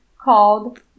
called